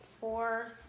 four